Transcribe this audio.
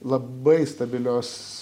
labai stabilios